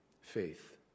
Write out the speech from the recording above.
faith